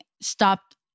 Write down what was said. stopped